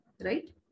Right